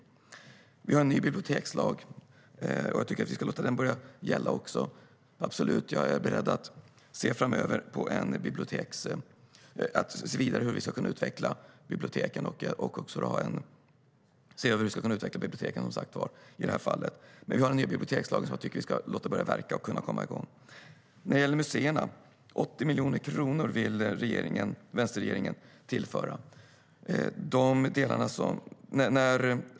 Det finns en ny bibliotekslag, och jag tycker att vi ska låta den börja gälla. Jag är beredd att framöver se över hur vi kan utveckla biblioteken. Men det finns en ny bibliotekslag som jag tycker ska få börja gälla. Sedan var det frågan om museerna. 80 miljoner kronor vill vänsterregeringen tillföra.